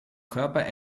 körper